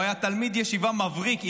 הוא היה תלמיד ישיבה מבריק,